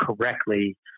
correctly